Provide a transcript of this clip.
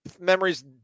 memories